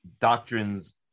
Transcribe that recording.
doctrines